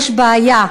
יש בעיה.